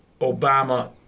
Obama